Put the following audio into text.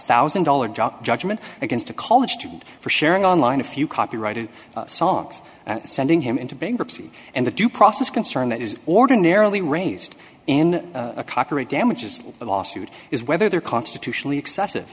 thousand dollars judgment against a college student for sharing online a few copyrighted songs and sending him into bankruptcy and the due process concern that is ordinarily raised in a copyright damages lawsuit is whether they're constitutionally excessive